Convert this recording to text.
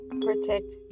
protect